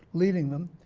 leading them.